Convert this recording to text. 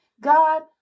God